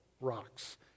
rocks